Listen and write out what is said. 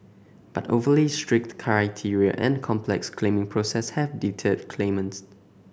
but overly strict criteria and a complex claiming process have deterred claimants